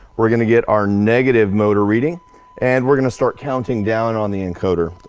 we're gonna get our negative motor reading and we're gonna start counting down on the encoder.